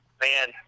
man